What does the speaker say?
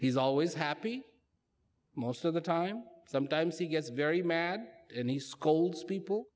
he's always happy most of the time sometimes he gets very mad and he scolds people